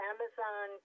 Amazon